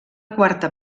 quarta